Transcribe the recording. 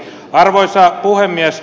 arvoisa puhemies